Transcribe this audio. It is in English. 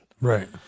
Right